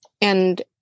And-